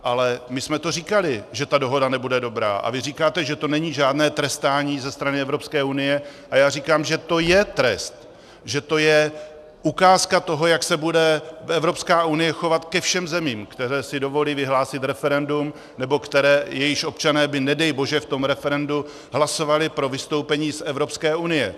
Ale my jsme to říkali, že ta dohoda nebude dobrá, a vy říkáte, že to není žádné trestání ze strany Evropské unie, a já říkám, že to je trest, že to je ukázka toho, jak se bude Evropská unie chovat ke všem zemím, které si dovolí vyhlásit referendum nebo jejichž občané by nedej bože v tom referendu hlasovali pro vystoupení z Evropské unie.